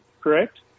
correct